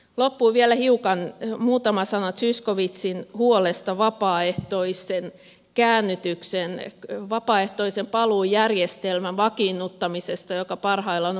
loppuun vielä muutama sana zyskowiczin huolesta vapaaehtoisen käännytyksen vapaaehtoisen paluun järjestelmän vakiinnuttamisesta joka parhaillaan on valiokuntakierroksella